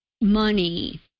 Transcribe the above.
money